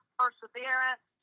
perseverance